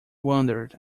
wondered